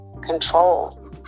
control